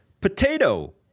potato